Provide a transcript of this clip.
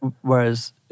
Whereas